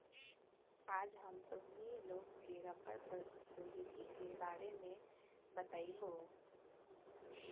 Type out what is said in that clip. आज हम तोहनी लोग के रबड़ प्रौद्योगिकी के बारे में बतईबो